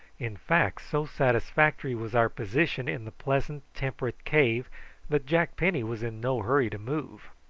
in fact so satisfactory was our position in the pleasant temperate cave that jack penny was in no hurry to move.